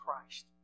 Christ